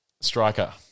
Striker